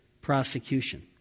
prosecution